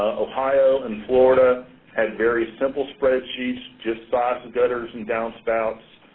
ohio and florida had very simple spreadsheets, just size of gutters and downspouts.